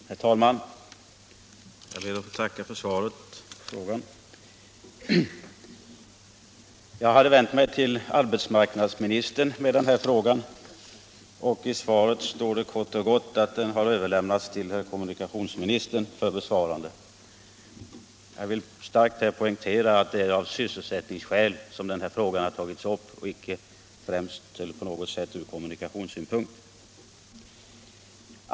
Herr talman! Jag ber att få tacka för svaret på frågan. Jag hade vänt mig till arbetsmarknadsministern, men i svaret står det kort och gott att den har överlämnats till herr kommunikationsministern för besvarande. Jag vill starkt poängtera att det är av sysselsättningsskäl som frågan tagits upp och inte på något sätt av kommunikationsskäl.